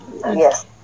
Yes